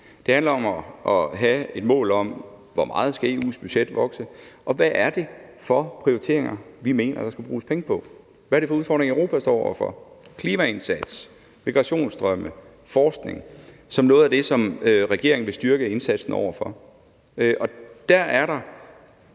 det handler om at have et mål om, hvor meget EU's budget skal vokse, hvad det er for prioriteringer, vi mener der skal bruges penge på, og hvad det er for udfordringer, Europa står over for. Klima, migrationsstrømme og forskning er noget af det, som regeringen vil styrke indsatsen i forhold til. Der er det